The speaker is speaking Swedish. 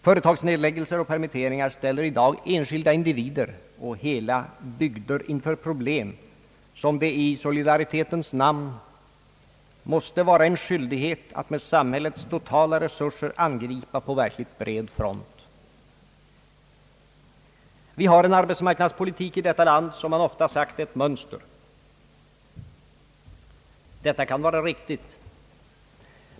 Företagsnedläggelser och <permitteringar ställer i dag enskilda individer och hela bygder inför problem, som det i solidaritetens namn måste vara en skyldighet att med samhällets totala resurser angripa på verkligt bred front. Vi har i detta land en arbetsmarknadspolitik som ofta kallats ett mönster. Det kan vara riktigt.